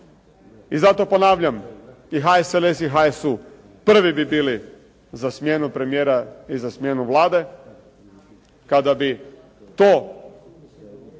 I zato ponavljam i HSLS i HSU, prvi bi bili za smjenu premijera i za smjenu Vlade kada bi to